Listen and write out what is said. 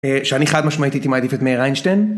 שאני חד משמעית הייתי מעדיף את מאיר איינשטיין